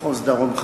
מחוז דרום,